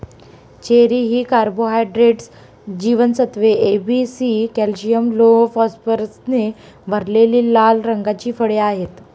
cherry ही carbohydrates, जीवनसत्त्वे A, B, C, calcium, लोह, फॉस्फरसने भरलेली लाल रंगाची फळे आहेत